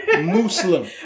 Muslim